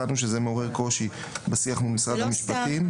הבנו שזה מעורר קושי בשיח מול משרד המשפטים.